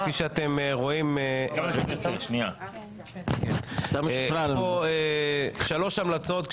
כפי שאתם רואים יש פה שלוש המלצות.